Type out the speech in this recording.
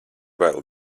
bail